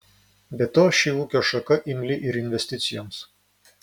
be to ši ūkio šaka imli ir investicijoms